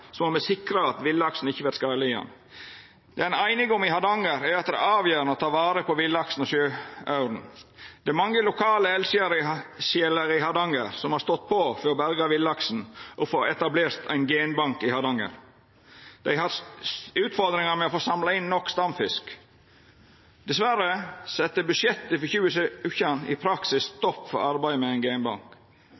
må me sikra at villaksen ikkje vert skadelidande. Det ein er einig om i Hardanger, er at det er avgjerande å ta vare på villaksen og sjøauren. Det er mange lokale eldsjeler i Hardanger som har stått på for å berga villaksen og få etablert ein genbank i Hardanger. Dei har hatt utfordringar med å få samla inn nok stamfisk. Diverre sette budsjettet for 2017 i praksis